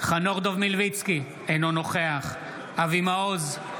חנוך דב מלביצקי, אינו נוכח אבי מעוז,